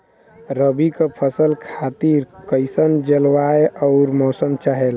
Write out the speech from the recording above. रबी क फसल खातिर कइसन जलवाय अउर मौसम चाहेला?